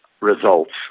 results